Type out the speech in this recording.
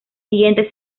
siguiente